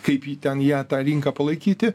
kaip ji ten ją tą rinką palaikyti